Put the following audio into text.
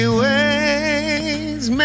ways